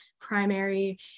primary